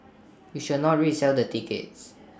you shall not resell the tickets